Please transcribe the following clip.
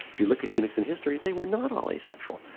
if you look at eunuchs in history, they were not all asexual.